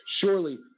Surely